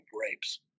grapes